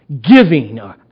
giving